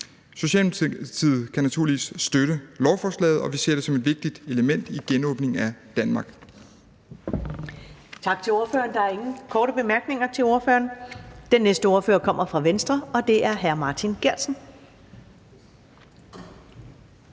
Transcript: Socialdemokratiet kan naturligvis støtte lovforslaget, og vi ser det som et vigtigt element i genåbningen af Danmark.